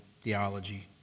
theology